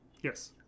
Yes